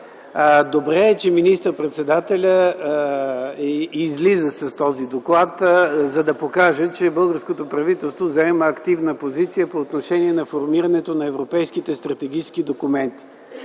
Добре е, че министър-председателят излиза с този доклад, за да покаже, че българското правителство заема активна позиция по отношение на формирането на европейските стратегически документи.